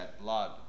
blood